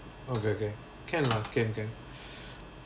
okay okay can lah can can